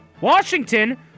Washington